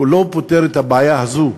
הוא לא פותר את הבעיה הזאת,